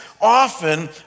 often